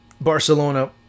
Barcelona